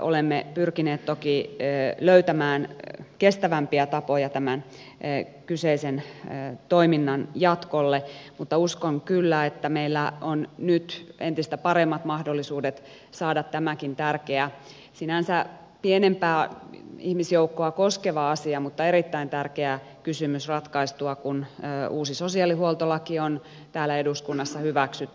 olemme pyrkineet toki löytämään kestävämpiä tapoja tämän kyseisen toiminnan jatkolle mutta uskon kyllä että meillä on nyt entistä paremmat mahdollisuudet saada tämäkin tärkeä sinänsä pienempää ihmisjoukkoa koskeva asia mutta erittäin tärkeä kysymys ratkaistua kun uusi sosiaalihuoltolaki on täällä eduskunnassa hyväksytty